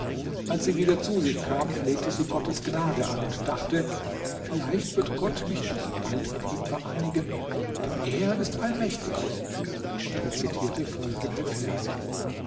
als sie wieder zu sich kam flehte sie gottes gnade an und dachte vielleicht wird gott mich doch bald mit ihm vereinigen denn er ist allmächtig und rezitierte folgende verse